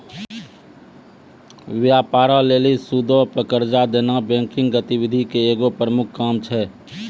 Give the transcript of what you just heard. व्यापारो लेली सूदो पे कर्जा देनाय बैंकिंग गतिविधि के एगो प्रमुख काम छै